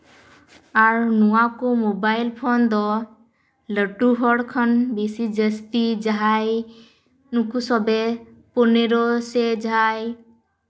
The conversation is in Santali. ᱟᱨ ᱱᱚᱣᱟ ᱠᱚ ᱢᱳᱵᱟᱭᱤᱞ ᱯᱷᱳᱱ ᱫᱚ ᱞᱟᱹᱴᱩ ᱦᱚᱲ ᱠᱷᱚᱱ ᱵᱮᱥᱤ ᱡᱟᱹᱥᱛᱤ ᱡᱟᱦᱟᱸᱭ ᱱᱩᱠᱩ ᱥᱚᱵᱮ ᱯᱚᱱᱮᱨᱚ ᱥᱮ ᱡᱟᱦᱟᱸᱭ